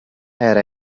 era